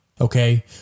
Okay